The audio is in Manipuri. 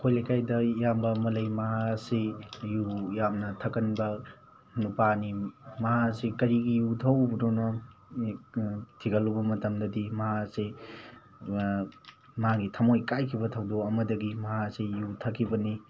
ꯑꯩꯈꯣꯏ ꯂꯩꯀꯥꯏꯗ ꯏꯌꯥꯝꯕ ꯑꯃ ꯂꯩ ꯃꯍꯥꯛ ꯑꯁꯤ ꯌꯨ ꯌꯥꯝꯅ ꯊꯛꯀꯟꯕ ꯅꯨꯄꯥꯅꯤ ꯃꯍꯥꯛ ꯑꯁꯤ ꯀꯔꯤꯒꯤ ꯌꯨ ꯊꯛꯎꯕꯅꯅꯣ ꯊꯤꯒꯠꯂꯨꯕ ꯃꯇꯝꯗꯗꯤ ꯃꯍꯥꯛ ꯑꯁꯤ ꯃꯥꯒꯤ ꯊꯝꯃꯣꯏ ꯀꯥꯏꯈꯤꯕ ꯊꯧꯗꯣꯛ ꯑꯃꯗꯒꯤ ꯃꯍꯥꯛ ꯑꯁꯤ ꯌꯨ ꯊꯛꯈꯤꯕꯅꯤ